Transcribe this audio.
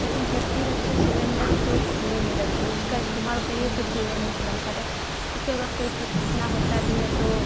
लेकिन जब भी रखे सिलेंडर तो खुले में रखे उसका इस्तेमाल करिए तो खुले में थोड़ा सा रहे जैसे अगर कोई दुर्घटना होता भी है तो